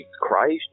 Christ